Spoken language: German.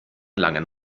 langen